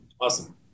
Awesome